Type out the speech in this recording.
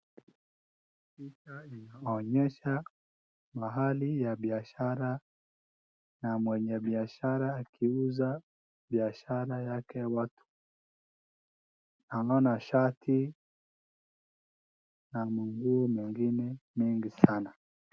Picha linaonyesha mahali ya biashara na mwenye biashara akiuza biashara yake watu, naona shati na manguo mengine mengi sana.